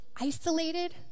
isolated